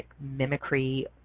mimicry